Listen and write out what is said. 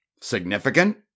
Significant